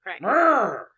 Right